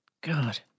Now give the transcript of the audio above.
God